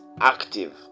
active